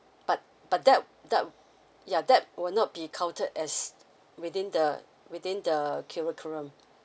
but but that that yeah that will not be counted as within the within the curriculum